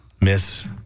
Miss